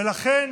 ולכן